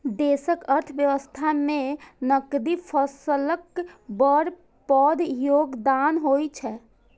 देशक अर्थव्यवस्था मे नकदी फसलक बड़ पैघ योगदान होइ छै